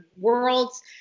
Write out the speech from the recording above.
worlds